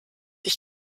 ich